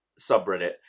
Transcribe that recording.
subreddit